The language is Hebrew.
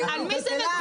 על מי זה מגולגל?